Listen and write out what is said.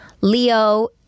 Leo